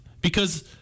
because-